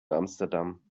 amsterdam